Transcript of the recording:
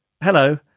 hello